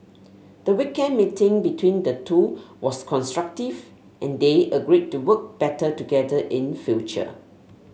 the weekend meeting between the two was constructive and they agreed to work better together in future